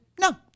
no